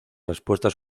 respuestas